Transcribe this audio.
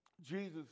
Jesus